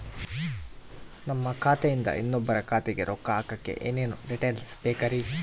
ನಮ್ಮ ಖಾತೆಯಿಂದ ಇನ್ನೊಬ್ಬರ ಖಾತೆಗೆ ರೊಕ್ಕ ಹಾಕಕ್ಕೆ ಏನೇನು ಡೇಟೇಲ್ಸ್ ಬೇಕರಿ?